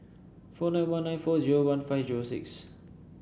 four nine one nine four zero one five zero six